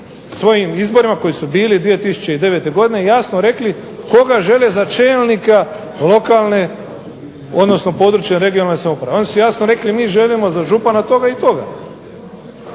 svojim izborima koji su bili 2009. godine jasno rekli koga žele za čelnika lokalne odnosno područne (regionalne) samouprave. Oni su jasno rekli mi želimo za župana toga i toga,